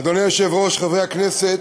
אדוני היושב-ראש, חברי הכנסת.